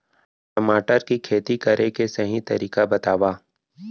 टमाटर की खेती करे के सही तरीका बतावा?